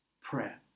prayer